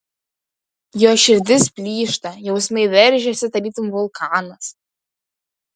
jos širdis plyšta jausmai veržiasi tarytum vulkanas